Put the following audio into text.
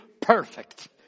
perfect